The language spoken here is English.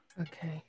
Okay